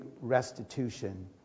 restitution